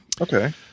Okay